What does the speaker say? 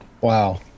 Wow